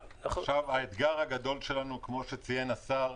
האתגר הגדול שלנו, כמו שציין השר,